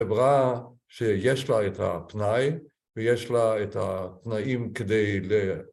‫חברה שיש לה את הפנאי, ‫ויש לה את התנאים כדי ל...